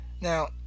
now